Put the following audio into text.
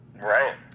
Right